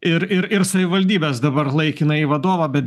ir ir ir savivaldybės dabar laikinąjį vadovą bet